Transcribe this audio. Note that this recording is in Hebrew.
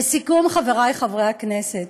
לסיכום, חברי חברי הכנסת,